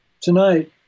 Tonight